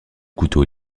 couteau